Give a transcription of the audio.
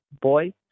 boy